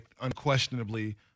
unquestionably